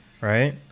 right